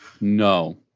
No